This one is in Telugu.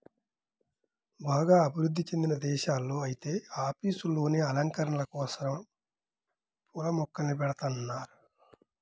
బాగా అభివృధ్ధి చెందిన దేశాల్లో ఐతే ఆఫీసుల్లోనే అలంకరణల కోసరం పూల మొక్కల్ని బెడతన్నారు